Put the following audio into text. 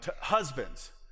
husbands